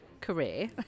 career